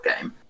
game